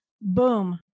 Boom